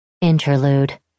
Interlude